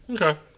Okay